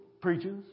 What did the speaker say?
Preachers